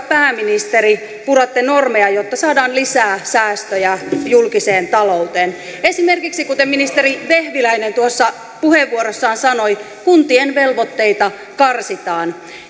pääministeri puratte normeja jotta saadaan lisää säästöjä julkiseen talouteen esimerkiksi kuten ministeri vehviläinen tuossa puheenvuorossaan sanoi kuntien velvoitteita karsitaan